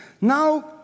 Now